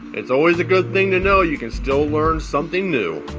it's always a good thing to know you can still learn something new,